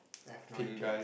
left no idea